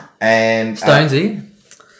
Stonesy